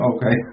Okay